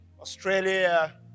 Australia